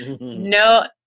No